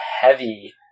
heavy